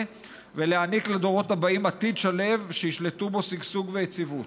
ולהעניק לדורות הבאים עתיד שלו שישלטו בו שגשוג ויציבות.